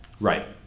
Right